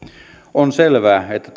on selvää että